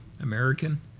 American